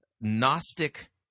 Gnostic